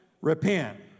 repent